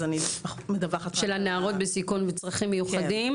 אז אני מדווחת רק על --- של הנערות בסיכון וצרכים מיוחדים.